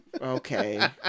Okay